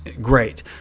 great